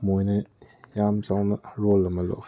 ꯃꯣꯏꯅ ꯌꯥꯝ ꯆꯥꯎꯅ ꯔꯣꯜ ꯑꯃ ꯂꯧꯋꯤ